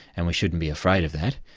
and we shouldn't be afraid of that.